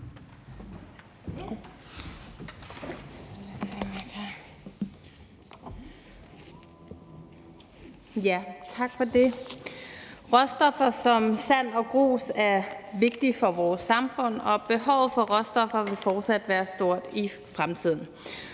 Råstoffer som sand og grus er vigtige for vores samfund, og behovet for råstoffer vil fortsat være stort i fremtiden.